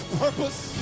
purpose